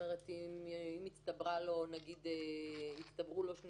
אם הצטברו לו שני